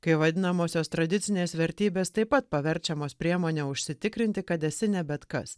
kai vadinamosios tradicinės vertybės taip pat paverčiamos priemone užsitikrinti kad esi ne bet kas